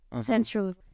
central